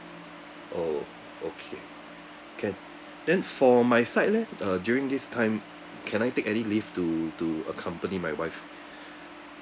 oh okay can then for my side leh uh during this time can I take any leave to to accompany my wife